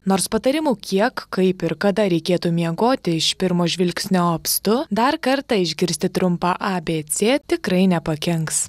nors patarimų kiek kaip ir kada reikėtų miegoti iš pirmo žvilgsnio apstu dar kartą išgirsti trumpą a bė cė tikrai nepakenks